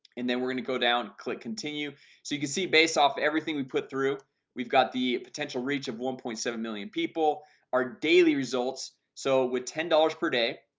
and then we're gonna go down click continue so you can see based off of everything we put through we've got the potential reach of one point seven million people are daily results so with ten dollars per day,